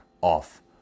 off